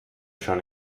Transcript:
schon